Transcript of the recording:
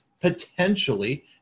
potentially